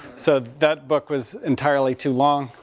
so that book was entirely too long.